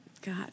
God